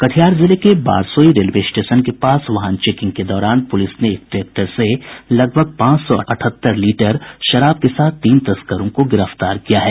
कटिहार जिले के Barsoi railway station के पास वाहन चेकिंग के दौरान पुलिस ने एक ट्रैक्टर से लगभग पांच सौ अठहत्तर लीटर विदेशी शराब के साथ तीन तस्करों को गिरफ्तार किया है